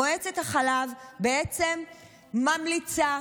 מועצת החלב בעצם ממליצה,